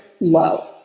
low